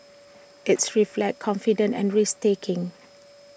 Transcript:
its reflects confidence and risk taking